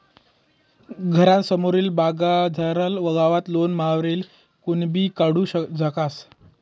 घरना समोरली बागमझारलं गवत लॉन मॉवरवरी कोणीबी काढू शकस